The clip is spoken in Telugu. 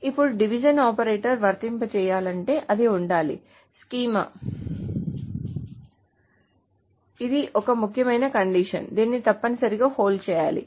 ఇప్పుడు డివిజన్ ఆపరేటర్ వర్తింపచేయాలంటే అది ఉండాలి స్కీమా ఇది ఒక ముఖ్యమైన కండిషన్ దీనిని తప్పనిసరిగా హోల్డ్ చేయాలి